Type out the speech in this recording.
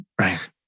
Right